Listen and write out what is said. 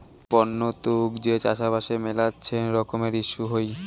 বন্য তুক যে চাষবাসে মেলাছেন রকমের ইস্যু হই